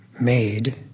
made